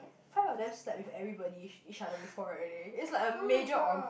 five of them slept with everybody eac~ each other before already is like a major or~